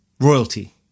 royalty